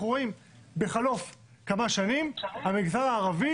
אנחנו רואים בחלוף כמה שנים המגזר הערבי